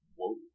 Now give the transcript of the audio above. whoa